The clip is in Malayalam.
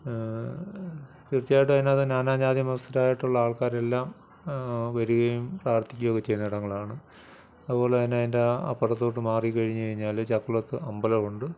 തീർച്ചയായിട്ടും അതിനകത്ത് നാനാജാതിമതസ്ഥരായിട്ടുള്ള ആൾക്കാരെല്ലാം വരികയും പ്രാർത്ഥിക്കുകയും ഒക്കെ ചെയ്യുന്ന ഇടങ്ങളാണ് അതുപോലെത്തന്നെ അതിൻ്റെ അപ്പുറത്തോട്ട് മാറിക്കഴിഞ്ഞു കഴിഞ്ഞാൽ ചക്കുളത്ത് അമ്പലമുണ്ട്